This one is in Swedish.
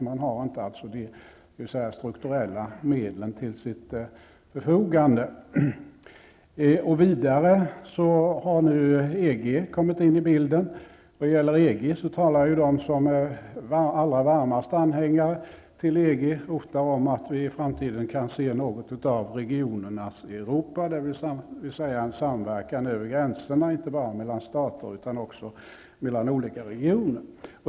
Man har inte så att säga de strukturella medlen till sitt förfogande. Vidare har nu EG kommit in i bilden. De allra varmaste EG-anhängarna talar ju om att vi i framtiden kommer att ha något av ett regionernas Europa, dvs. en samverkan över gränserna inte bara mellan stater utan också mellan regioner.